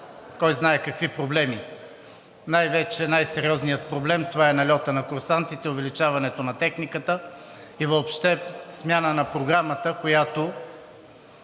кой знае какви проблеми. Най-сериозният проблем това е нальотът на курсантите, увеличаването на техниката и въобще смяна на летателната